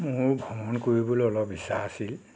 মোৰ ভ্ৰমণ কৰিবলৈ অলপ ইচ্ছা আছিল